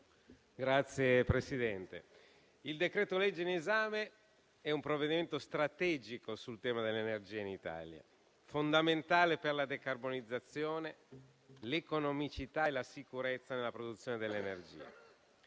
il decreto-legge in esame è un provvedimento strategico sul tema dell'energia in Italia, fondamentale per la decarbonizzazione, l'economicità e la sicurezza nella produzione dell'energia.